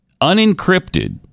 unencrypted